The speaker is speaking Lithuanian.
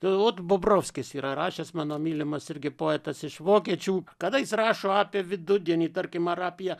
tai ot bobrowskis yra rašęs mano mylimas irgi poetas iš vokiečių kada jis rašo apie vidudienį tarkim ar apie